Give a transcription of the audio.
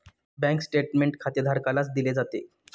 bank statement खातेधारकालाच दिले जाते